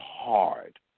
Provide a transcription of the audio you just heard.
hard